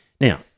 Now